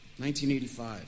1985